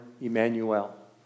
Emmanuel